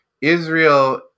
Israel